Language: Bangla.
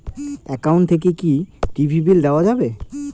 একাউন্ট থাকি কি টি.ভি বিল দেওয়া যাবে?